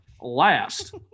last